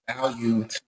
value